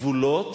גבולות